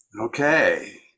Okay